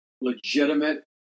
legitimate